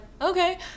okay